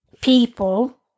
people